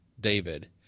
David